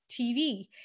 TV